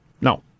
No